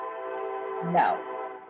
No